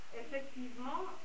effectivement